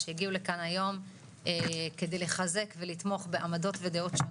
שהגיעו לכאן היום כדי לחזק ולתמוך בעמדות ודעות שונות,